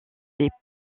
les